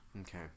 Okay